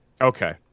Okay